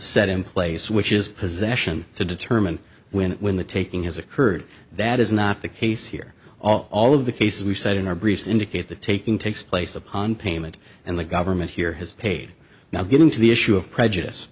set in place which is possession to determine when when the taking has occurred that is not the case here all of the cases we've said in our briefs indicate the taking takes place upon payment and the government here has paid now getting to the issue of prejudice